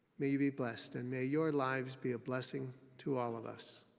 may you be blessed and may your lives be a blessing to all of us.